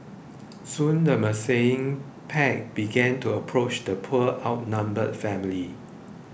soon the pack began to approach the poor outnumbered family